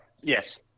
yes